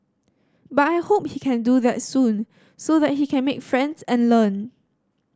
but I hope he can do that soon so that he can make friends and learn